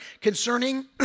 Concerning